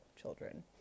children